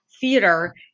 theater